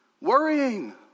Worrying